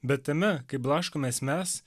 bet tame kai blaškomės mes